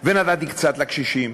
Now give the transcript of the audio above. ונתתי קצת לקשישים